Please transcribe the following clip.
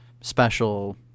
special